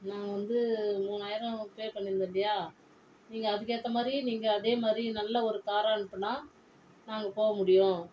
நாங்கள் வந்து மூவாயிரம் பே பண்ணி இருந்தோம் இல்லையா நீங்கள் அதுக்கேற்ற மாதிரி நீங்கள் அதேமாதிரி நல்ல ஒரு காராக அனுப்புனா நாங்கள் போக முடியும்